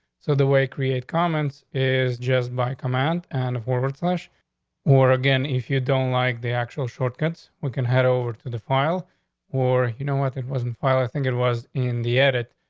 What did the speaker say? so the way create comments is just by command and a forward slash or again, if you don't like the actual shortcuts, we can head over to the file or, you know what? it wasn't file. i think it was in the edit.